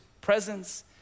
presence